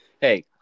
Hey